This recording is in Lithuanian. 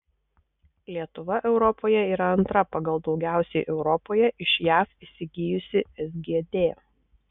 lietuva europoje yra antra pagal daugiausiai europoje iš jav įsigijusi sgd